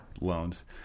loans